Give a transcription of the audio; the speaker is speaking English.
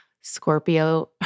Scorpio